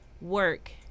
work